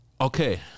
Okay